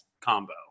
combo